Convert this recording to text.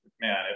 man